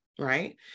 right